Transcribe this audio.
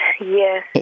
yes